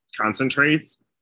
concentrates